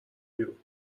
بیرون